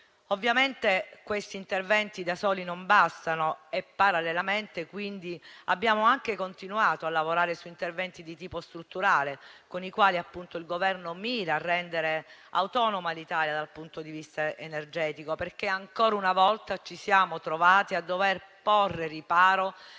Ovviamente questi interventi da soli non bastano e parallelamente, quindi, abbiamo continuato a lavorare su interventi di tipo strutturale, con i quali il Governo mira a rendere autonoma l'Italia dal punto di vista energetico. Ancora una volta ci siamo trovati a dover porre riparo